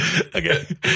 Okay